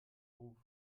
ruf